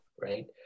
right